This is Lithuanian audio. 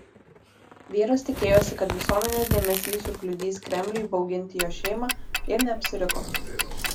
vyras tikėjosi kad visuomenės dėmesys sukliudys kremliui bauginti jo šeimą ir neapsiriko